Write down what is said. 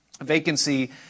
Vacancy